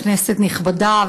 כנסת נכבדה,